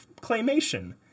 claymation